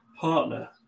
partner